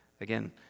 Again